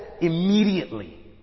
immediately